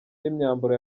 n’imyambaro